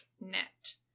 net